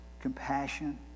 compassion